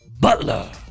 Butler